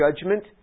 judgment